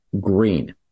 green